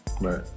right